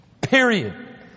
period